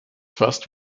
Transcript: first